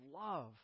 love